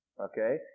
Okay